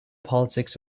politics